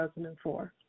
2004